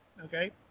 Okay